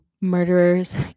murderers